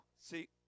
see